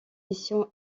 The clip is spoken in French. missions